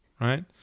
right